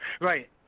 Right